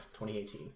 2018